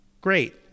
Great